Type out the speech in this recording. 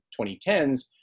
2010s